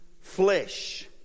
flesh